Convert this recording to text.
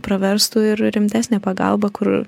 praverstų ir rimtesnė pagalba kur